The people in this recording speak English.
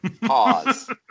Pause